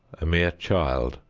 a mere child,